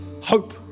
hope